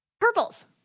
Purples